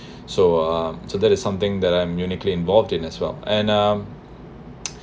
so um so that is something that I am uniquely involved in as well and um